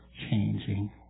changing